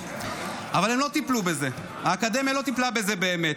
אבל הם לא טיפלו בזה, האקדמיה לא טיפלה בזה באמת.